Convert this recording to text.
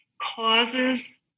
causes